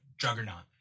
Juggernaut